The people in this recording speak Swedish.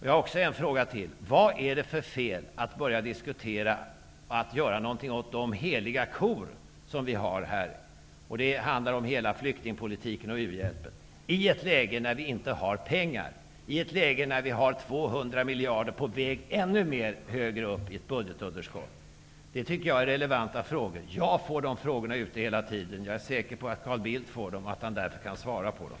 Jag har en fråga till: Vad är det för fel med att börja diskutera att göra något åt de heliga kor som vi har här, dvs. hela flyktingpolitiken och u-hjälpen, i ett läge när vi inte har pengar, när budgetunderskottet är 200 miljarder och är på väg ännu högre upp? Jag tycker att det är relevanta frågor. Jag får dem hela tiden, och jag är också säker på att Carl Bildt får dem och därför kan svara på dem.